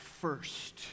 first